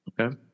Okay